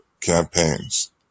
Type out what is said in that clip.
campaigns